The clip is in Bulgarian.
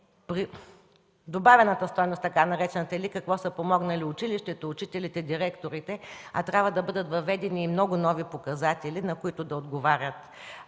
„добавена стойност”, или какво са помогнали училището, учителите, директорите, а трябва да бъдат въведени и много нови показатели, на които да отговарят,